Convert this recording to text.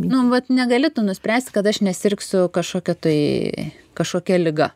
nu vat negali tu nuspręsti kad aš nesirgsiu kažkokia tai kažkokia liga